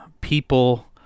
people